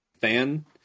fan